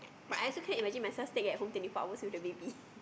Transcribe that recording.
I also can't imagine myself staying at home twenty four hours with the baby